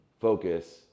focus